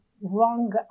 wrong